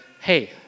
hey